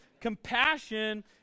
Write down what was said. compassion